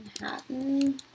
Manhattan